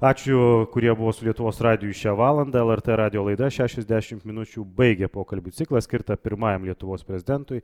ačiū kurie buvo su lietuvos radiju šią valandą lrt radijo laida šešiasdešimt minučių baigė pokalbių ciklą skirtą pirmajam lietuvos prezidentui